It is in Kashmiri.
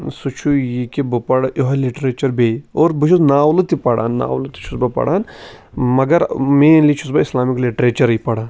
سُہ چھُ یہِ کہِ بہٕ پَرٕ یِہوٚے لِٹریچَر بیٚیہِ اور بہٕ چھُس ناولہٕ تہِ پَران ناولہٕ تہِ چھُس بہٕ پَران مَگَر مینلی چھُس بہٕ اِسلامِک لِٹریچرٕے پَران